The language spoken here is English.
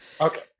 Okay